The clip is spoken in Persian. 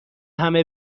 همه